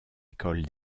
école